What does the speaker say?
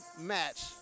match